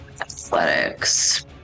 athletics